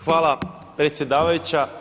Hvala predsjedavajuća.